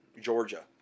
Georgia